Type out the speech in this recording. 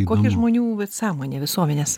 koki žmonių vat sąmonė visuomenės